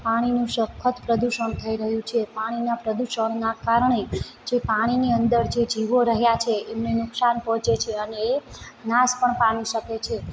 પાણીનું સખત પ્રદુષણ થઈ રહ્યું છે પાણીના પ્રદુષણના કારણે જે પાણીની અંદર જે જીવો રહ્યા છે એમને નુકસાન પહોંચે છે અને એ નાશ પણ પામી શકે છે